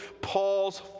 Paul's